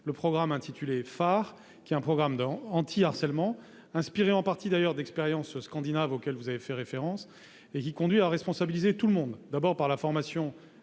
le programme Phare, qui est un programme anti-harcèlement, inspiré en partie, d'ailleurs, d'expériences scandinaves, auxquelles vous avez fait référence, et qui conduit à responsabiliser tout le monde, d'abord par la formation